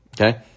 Okay